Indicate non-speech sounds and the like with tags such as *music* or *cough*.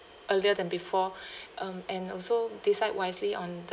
earlier than before *breath* um and also decide wisely on the